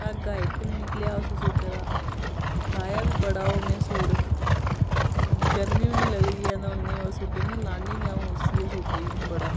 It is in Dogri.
धागा इक नी निकलेआ उस सूटै दा लाया बी बड़ा ओह् में सूट गर्मी बी नी लगदी ऐ ना उन्न उस सूटै ने लान्नी गै आ'ऊं उसी सूटे गी हून बड़ा